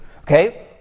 Okay